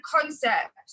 concept